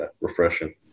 refreshing